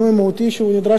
שנדרש כבר מזמן,